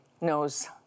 knows